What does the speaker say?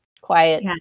quiet